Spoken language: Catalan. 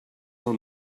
del